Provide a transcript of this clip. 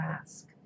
ask